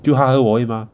就他和我而已吗